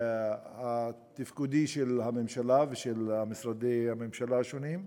התפקודי של הממשלה ושל משרדי הממשלה השונים,